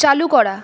চালু করা